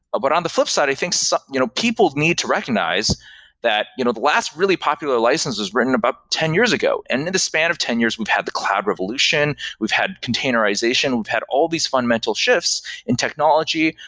but on the flipside, i think so you know people need to recognize that you know the last really popular license is written about ten years ago. and in the span of ten years, we've have the cloud revolution, we've had containerization, we've had all these fundamental shifts in technology.